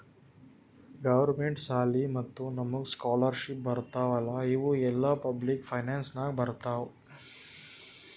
government ಸಾಲಿ ಮತ್ತ ನಮುಗ್ ಸ್ಕಾಲರ್ಶಿಪ್ ಬರ್ತಾವ್ ಅಲ್ಲಾ ಇವು ಎಲ್ಲಾ ಪಬ್ಲಿಕ್ ಫೈನಾನ್ಸ್ ನಾಗೆ ಬರ್ತಾವ್